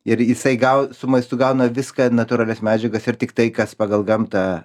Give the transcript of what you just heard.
ir jisai gal su maistu gauna viską natūralias medžiagas ir tiktai kas pagal gamtą